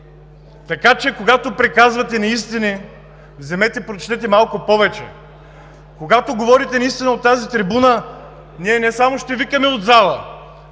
Така че, когато приказвате неистини, вземете прочетете малко повече. Когато говорите неистини от тази трибуна, ние не само ще викаме от залата,